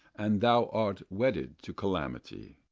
and thou art wedded to calamity.